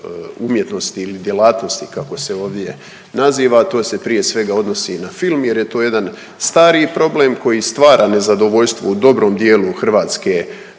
umjetnosti ili djelatnosti kako se ovdje naziva, a to se prije sve odnosi na film jer je to jedan stari problem koji stvara nezadovoljstvo u dobrom dijelu Hrvatske.